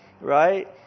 right